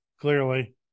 clearly